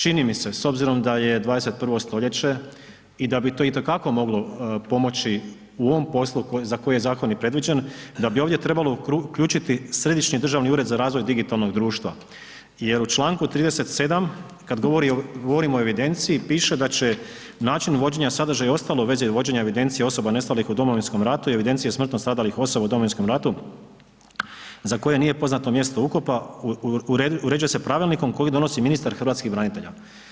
Čini mi se s obzirom da je 21. st. i da bi to itekako moglo pomoć u ovom poslu za koje je zakon i predviđen, da bi ovdje trebalo uključiti Središnji državni ured za razvoj digitalnog društva jer u članku 37. kad govorimo o evidenciji, piše da će način vođenja sadržaja i ostalo ... i vođenja evidencija osoba nestalih u Domovinskom ratu i evidencije smrtno stradalih osoba u Domovinskom ratu za koje nije poznato mjesto ukopa, uređuje se pravilnikom kojeg donosi ministar hrvatskih branitelja.